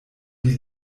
die